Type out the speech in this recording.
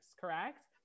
correct